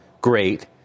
great